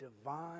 divine